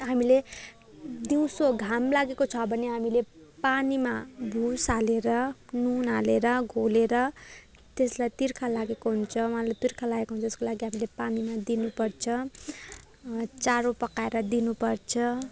हामीले दिउँसो घाम लागेको छ भने हामीले पानीमा भुस हालेर नुन हालेर घोलेर त्यसलाई तिर्खा लागेको हुन्छ उहाँले तिर्खा लागेको हुन्छ त्यसको लागि हामीले पानीमा दिनुपर्छ चारो पकाएर दिनुपर्छ